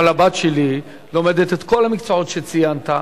אבל הבת שלי לומדת את כל המקצועות שציינת,